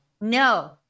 No